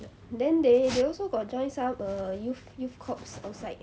then they they also got join some err youth youth corps outside